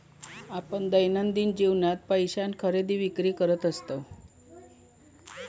आपण दैनंदिन जीवनात पैशान खरेदी विक्री करत असतव